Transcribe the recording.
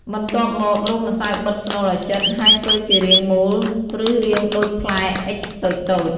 បន្ទាប់មករុំម្សៅបិទស្នូលឲ្យជិត ហើយធ្វើជារាងមូល ឬរាងដូចផ្លែអុិចតូចៗ។